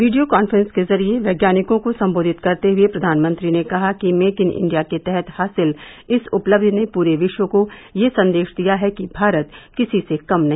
video conference के जरिए वैज्ञानिकों को संबोधित करते हुए प्रधानमंत्री ने कहा कि मेक इन इंडिया के तहत हासिल इस उपलब्धि ने पूरे विश्व को यह संदेश दिया है कि भारत किसी से कम नहीं